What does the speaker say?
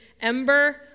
ember